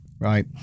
Right